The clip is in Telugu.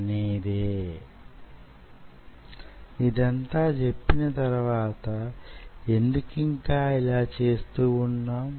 అది మీదకీ క్రిందకీ కదులుతూ వుంటుంది